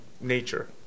nature